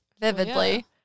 vividly